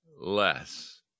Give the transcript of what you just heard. less